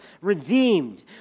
redeemed